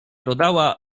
dodała